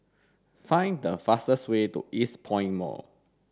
find the fastest way to Eastpoint Mall